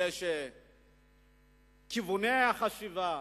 כדי שכיווני החשיבה,